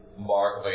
mark